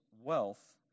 wealth